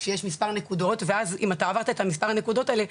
שיש מספר נקודות ואז אם עוברים את מספר הנקודות האלה,